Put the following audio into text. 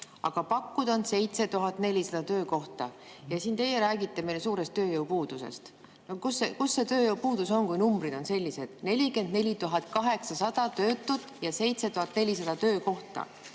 aga pakkuda on 7400 töökohta. Ja teie räägite meile suurest tööjõupuudusest. Kus see tööjõupuudus on, kui numbrid on sellised: 44 800 töötut ja 7400 töökohta?